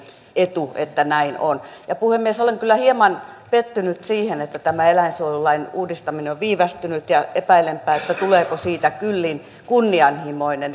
etu että näin on ja puhemies olen kyllä hieman pettynyt siihen että tämä eläinsuojelulain uudistaminen on viivästynyt ja epäilenpä tuleeko siitä kyllin kunnianhimoinen